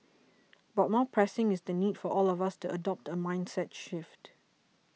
but more pressing is the need for all of us to adopt a mindset shift